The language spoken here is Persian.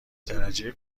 درجه